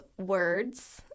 words